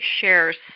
shares